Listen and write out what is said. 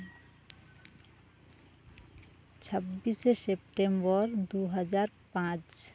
ᱪᱷᱟᱵᱽᱵᱤᱥᱮ September ᱫᱩ ᱦᱟᱡᱟᱨ ᱯᱟᱸᱪ